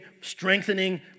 strengthening